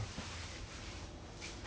oh